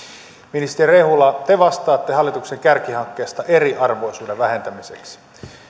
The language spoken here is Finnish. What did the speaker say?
ministeri rehula te vastaatte hallituksen kärkihankkeesta eriarvoisuuden vähentämiseksi